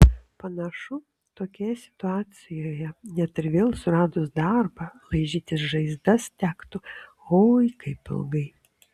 panašu tokioje situacijoje net ir vėl suradus darbą laižytis žaizdas tektų oi kaip ilgai